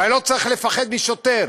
ואני לא צריך לפחד משוטר,